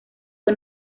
fue